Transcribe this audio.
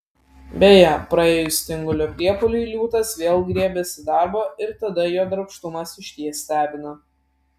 beje praėjus tingulio priepuoliui liūtas vėl griebiasi darbo ir tada jo darbštumas išties stebina